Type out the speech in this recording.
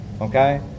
Okay